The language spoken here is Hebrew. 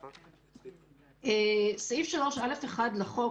סעיף 3א1 לחוק,